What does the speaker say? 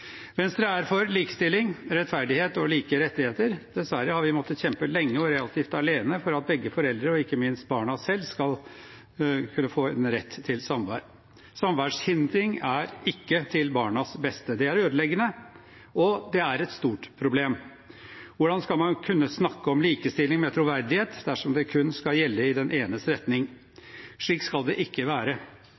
Venstre er for likestilling, rettferdighet og like rettigheter. Dessverre har vi måttet kjempe lenge og relativt alene for at begge foreldre, og ikke minst barna selv, skal kunne få en rett til samvær. Samværshindring er ikke til barnas beste. Det er ødeleggende, og det er et stort problem. Hvordan skal man kunne snakke om likestilling med troverdighet dersom det kun skal gjelde i den enes retning? Slik skal det ikke være.